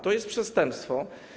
To jest przestępstwo.